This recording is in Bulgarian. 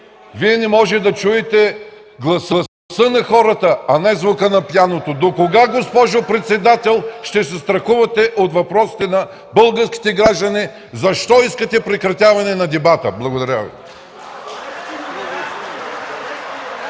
Вие не можете да чуете гласа на хората, а не звука на пианото. Докога, госпожо председател, ще се страхувате от въпросите на българските граждани? Защо искате прекратяване на дебата? Благодаря Ви.